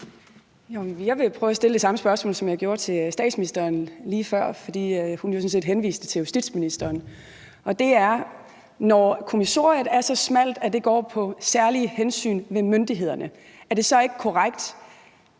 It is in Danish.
at stille det samme spørgsmål, som jeg stillede til statsministeren lige før, fordi hun jo sådan set henviste til justitsministeren. Når kommissoriet er så smalt, at det går på særlige hensyn hos myndighederne, er det så ikke korrekt,